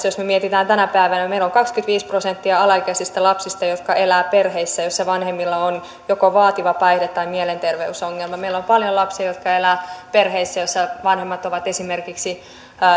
jos me mietimme niin tänä päivänä meillä kaksikymmentäviisi prosenttia alaikäisistä lapsista elää perheissä joissa vanhemmilla on joko vaativa päihde tai mielenterveysongelma meillä on paljon lapsia jotka elävät perheissä joissa vanhemmat ovat esimerkiksi